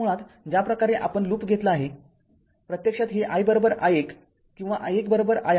तरमुळात ज्या प्रकारे आपण लूप घेतला आहे प्रत्यक्षात हे i i१ किंवा i१i आहे